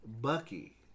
Bucky